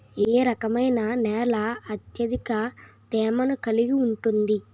ఏ రకమైన నేల అత్యధిక తేమను కలిగి ఉంటుంది?